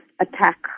attack